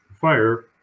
fire